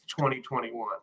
2021